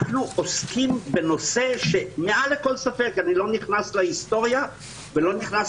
אנחנו עוסקים בנושא שמעל לכל ספק אני לא נכנס להיסטוריה ולא נכנס